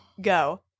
go